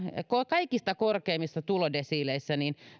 kaikista korkeimmissa tulodesiileissä on